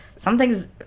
Something's